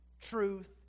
truth